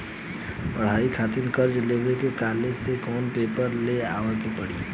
पढ़ाई खातिर कर्जा लेवे ला कॉलेज से कौन पेपर ले आवे के पड़ी?